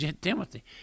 Timothy